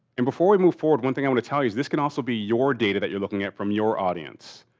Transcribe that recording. and before we move forward, one thing i want to tell you is this can also be your data that you're looking at from your audience.